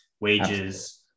wages